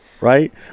Right